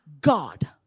God